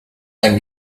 then